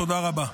תודה רבה.